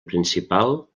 principal